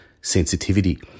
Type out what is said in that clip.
sensitivity